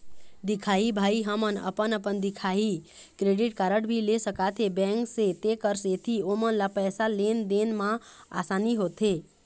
दिखाही भाई हमन अपन अपन दिखाही क्रेडिट कारड भी ले सकाथे बैंक से तेकर सेंथी ओमन ला पैसा लेन देन मा आसानी होथे?